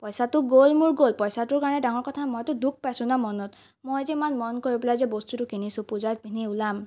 পইচাটো গ'ল মোৰ গ'ল পইচাটোৰ কাৰণে ডাঙৰ কথা মইতো দুখ পাইছোঁ ন মনত মই যে ইমান মন কৰি পেলাই যে বস্তুটো কিনিছোঁ পূজাত পিন্ধি ওলাম